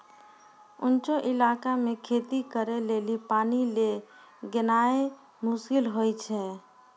ऊंचो इलाका मे खेती करे लेली पानी लै गेनाय मुश्किल होय छै